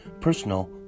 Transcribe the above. personal